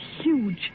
huge